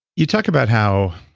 you talked about how,